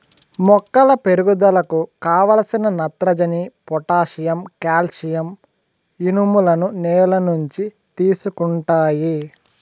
మొక్కల పెరుగుదలకు కావలసిన నత్రజని, పొటాషియం, కాల్షియం, ఇనుములను నేల నుంచి తీసుకుంటాయి